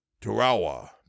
Tarawa